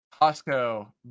Costco